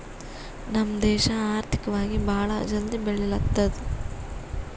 ನಮ್ ದೇಶ ಆರ್ಥಿಕವಾಗಿ ಭಾಳ ಜಲ್ದಿ ಬೆಳಿಲತ್ತದ್